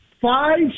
five